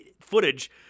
footage